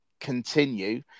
continue